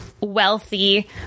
wealthy